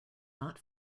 not